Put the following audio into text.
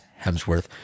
Hemsworth